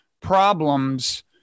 problems